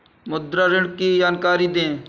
मुद्रा ऋण की जानकारी दें?